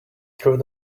through